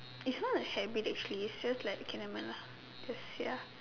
is not a shame actually it's just that K never mind lah just ya